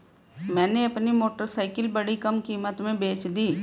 मैंने अपनी मोटरसाइकिल बड़ी कम कीमत में बेंच दी